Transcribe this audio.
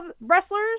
wrestlers